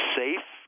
safe